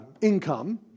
income